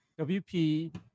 WP